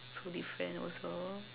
different also